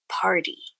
Party